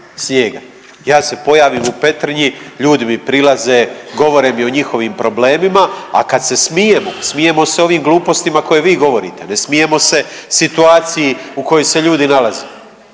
ja se pojavim u Petrinji ljudi mi prilaze, govore mi o njihovim problemima, a kad se smijemo, smijemo se ovim glupostima koje vi govorite, ne smijemo se situaciji u kojoj se ljudi nalaze.